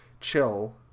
chill